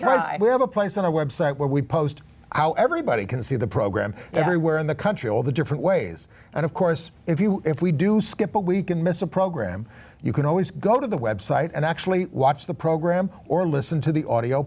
to place on a website where we post how everybody can see the program everywhere in the country all the different ways and of course if you if we do skip but we can miss a programme you can always go to the website and actually watch the program or listen to the audio